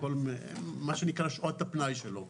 מה שנקרא שעות הפנאי שלו.